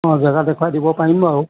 অ জেগা দেখুৱাই দিব পাৰিম বাৰু